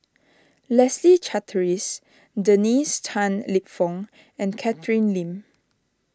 Leslie Charteris Dennis Tan Lip Fong and Catherine Lim